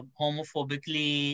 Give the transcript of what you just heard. homophobically